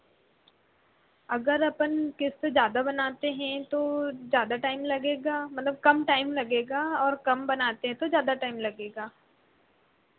अगर अपन किस्त ज़्यादा बनाते हैं तो ज़्यादा टाइम लगेगा मतलब कम टाइम लगेगा और कम बनाते हैं तो ज़्यादा टाइम लगेगा